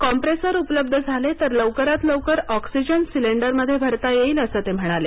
compressor उपलब्ध झाले तर लवकरात लवकर ऑक्सिजन सिलेंडरमध्ये भरता येईल असं ते म्हणाले